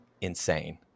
insane